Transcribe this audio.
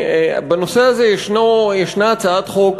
ובנושא הזה יש הצעת חוק,